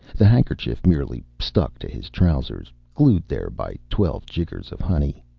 the handkerchief merely stuck to his trousers, glued there by twelve jiggers of honey.